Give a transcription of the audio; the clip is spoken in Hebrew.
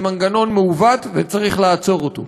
זה מנגנון מעוות וצריך לעצור אותו,